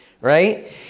right